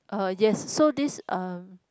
uh yes so this um